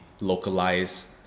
localized